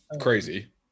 crazy